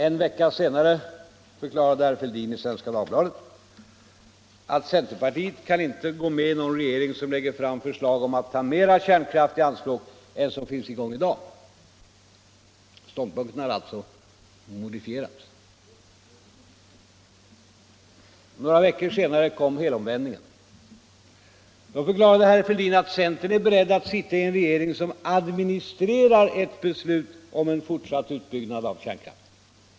En vecka senare förklarade herr Fälldin i Svenska Dagbladet att centerpartiet inte kan gå med i någon regering som lägger fram förslag om att ta mera kärnkraft i anspråk än som finns i gång i dag. Ståndpunkten hade modifierats. Några veckor senare kom helomvändningen. Då förklarade herr Fälldin att centern är beredd att sitta i en regering som administrerar ett beslut om en fortsatt utbyggnad av kärnkraften.